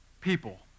people